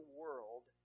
world